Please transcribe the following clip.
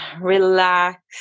relax